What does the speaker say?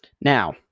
Now